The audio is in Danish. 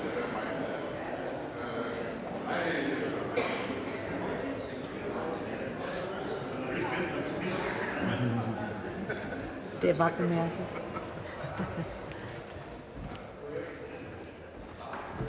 Der er ikke flere